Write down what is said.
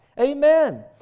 Amen